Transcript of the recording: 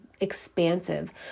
expansive